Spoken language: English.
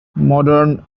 modern